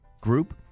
group